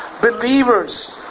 believers